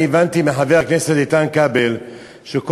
אני הבנתי מחבר הכנסת איתן כבל שכל